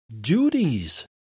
duties